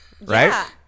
Right